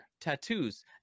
tattoos